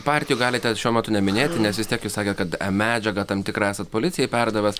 partijų galite šiuo metu neminėti nes vis tiek jūs sakėt kad medžiagą tam tikrą esat policijai perdavęs